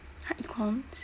!huh! econs